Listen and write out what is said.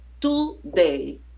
today